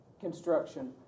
construction